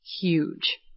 huge